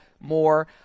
more